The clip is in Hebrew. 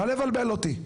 קל לבלבל אותי.